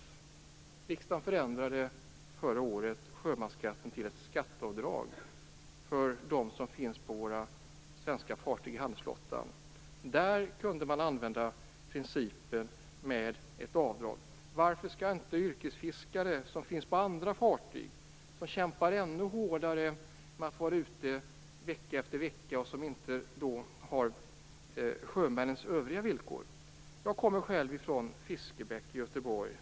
Förra året förändrade riksdagen sjömansskatten till ett skatteavdrag för dem som arbetar på fartygen inom den svenska handelsflottan. Där kunde man använda principen om ett avdrag. Varför skall inte det gå när det gäller yrkesfiskare, som finns på andra fartyg och kämpar ännu hårdare när de är ute, vecka efter vecka? De har dessutom inte samma villkor i övrigt som sjömännen. Jag kommer från Fiskebäck i Göteborg.